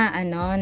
ano